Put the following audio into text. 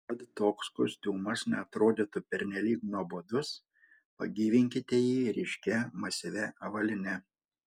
kad toks kostiumas neatrodytų pernelyg nuobodus pagyvinkite jį ryškia masyvia avalyne